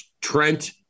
Trent